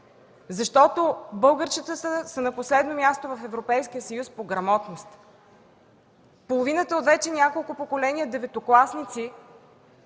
Защото българчетата са на последно място в Европейския съюз по грамотност. Половината от вече няколко поколения деветокласници